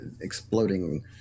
exploding